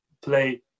Play